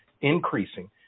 increasing